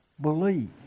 believe